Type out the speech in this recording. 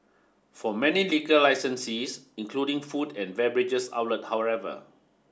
for many liquor licensees including food and beverage outlets however